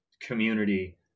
community